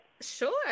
Sure